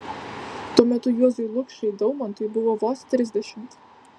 tuo metu juozui lukšai daumantui buvo vos trisdešimt